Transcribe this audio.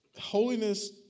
Holiness